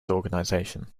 organisation